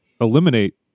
eliminate